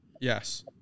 Yes